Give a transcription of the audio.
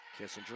Kissinger